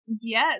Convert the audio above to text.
yes